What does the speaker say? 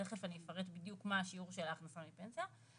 תכף אפרט בדיוק מה שיעור ההכנסה מפנסיה,